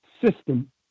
system